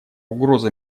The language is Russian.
угроза